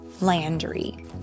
Landry